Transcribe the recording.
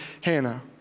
Hannah